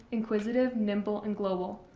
inquisitive, nimble, and global.